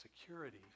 security